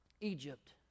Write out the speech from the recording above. Egypt